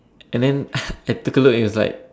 and then I took a look and it's like